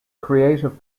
creative